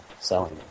selling